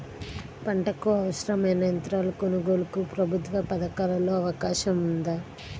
పంటకు అవసరమైన యంత్రాల కొనగోలుకు ప్రభుత్వ పథకాలలో అవకాశం ఉందా?